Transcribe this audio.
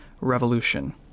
revolution